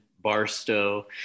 Barstow